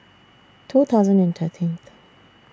two thousand and thirteenth